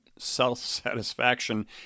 self-satisfaction